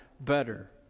better